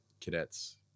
Cadets